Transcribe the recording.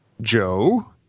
Joe